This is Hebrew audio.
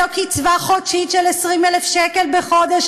זאת קצבה חודשית של 20,000 שקלים בחודש